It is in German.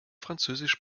französisch